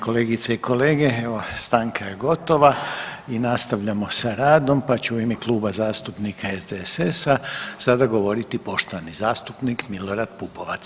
kolegice i kolege, evo, stanka je gotova i nastavljamo sa radom pa će u ime Kluba zastupnika SDSS-a sada govoriti poštovani zastupnik Milorad Pupovac,